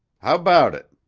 how about it?